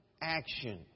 action